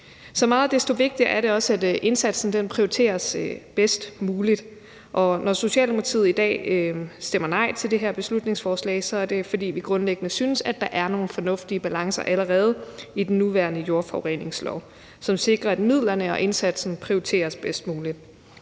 Så meget desto vigtigere er det også, at indsatsen prioriteres bedst muligt, og når Socialdemokratiet i dag stemmer nej til det her beslutningsforslag, så er det, fordi vi grundlæggende synes, at der allerede er nogle fornuftige balancer i den nuværende jordforureningslov, som sikrer, at midlerne og indsatsen prioriteres bedst muligt.